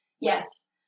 Yes